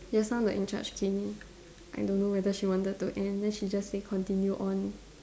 just now the in charge came in I don't know whether she wanted to end then she just say continue on